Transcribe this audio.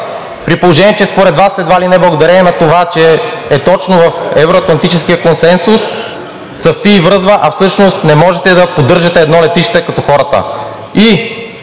при положение че според Вас едва ли не благодарение на това, че е точно в евро-атлантическия консенсус, цъфти и връзва, а всъщност не можете да поддържате едно летище като хората.